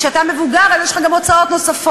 כשאתה מבוגר יש לך גם הוצאות נוספות.